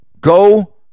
go